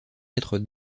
être